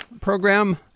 program